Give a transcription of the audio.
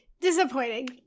disappointing